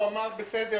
הוא אמר: בסדר.